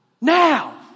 Now